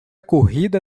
corrida